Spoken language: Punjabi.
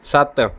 ਸੱਤ